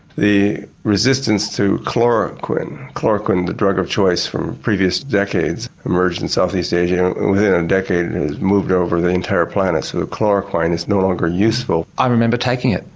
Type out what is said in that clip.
the resistance to chloroquine, chloroquine the drug of choice from previous decades, emerged in south east asia and within a decade it has moved over the entire planet, so that chloroquine is no longer useful. i remember taking it.